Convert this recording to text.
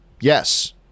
Yes